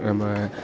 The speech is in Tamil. நம்ம